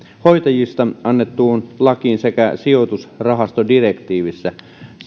hoitajista annettuun lakiin sekä sijoitusrahastodirektiivissä